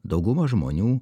dauguma žmonių